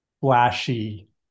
flashy